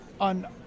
on